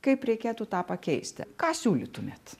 kaip reikėtų tą pakeisti ką siūlytumėt